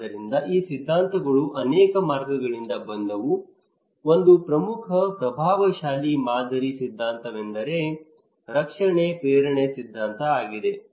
ಆದ್ದರಿಂದ ಈ ಸಿದ್ಧಾಂತಗಳು ಅನೇಕ ಮಾರ್ಗಗಳಿಂದ ಬಂದವು ಒಂದು ಪ್ರಮುಖ ಪ್ರಭಾವಶಾಲಿ ಮಾದರಿ ಸಿದ್ಧಾಂತವೆಂದರೆ ರಕ್ಷಣೆ ಪ್ರೇರಣೆ ಸಿದ್ಧಾಂತ ಆಗಿದೆ